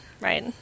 right